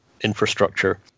infrastructure